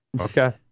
Okay